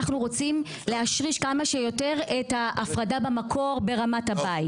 אנחנו רוצים להשריש כמה שיותר את ההפרדה במקור ברמת הבית.